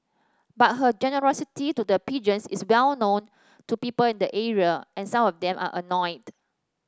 but her generosity to the pigeons is well known to people in the area and some of them are annoyed